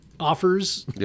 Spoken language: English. offers